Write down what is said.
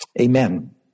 Amen